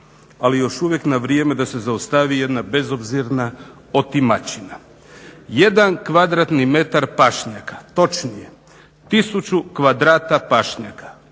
ali još uvijek na vrijeme da se zaustavi jedna bezobzirna otimačina. Jedan kvadratni metar pašnjaka točnije 1000 kvadrata pašnjaka